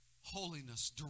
holiness